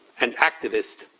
and activist,